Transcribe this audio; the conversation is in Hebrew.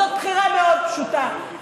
זאת בחירה מאוד פשוטה,